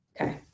Okay